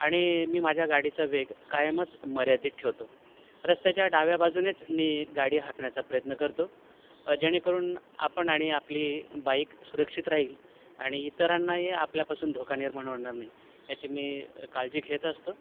आणि मी माझ्या गाडीचा वेग कायमच मर्यादित ठेवतो रस्त्याच्या डाव्या बाजूनेच मी गाडी हाकण्याचा प्रयत्न करतो जेणेकरून आपण आणि आपली बाईक सुरक्षित राहील आणि इतरांनाही आपल्यापासून धोका निर्माण होणार नाही याची मी काळजी घेत असतो